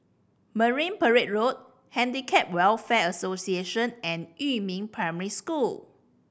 Marine Parade Road Handicap Welfare Association and Yumin Primary School